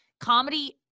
comedy